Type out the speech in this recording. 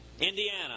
Indiana